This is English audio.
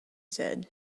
said